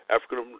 African